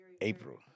April